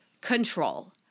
control